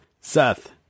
Seth